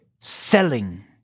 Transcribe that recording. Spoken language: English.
selling